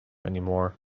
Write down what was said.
anymore